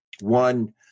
One